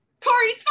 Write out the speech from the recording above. Corey's